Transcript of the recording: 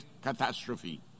catastrophe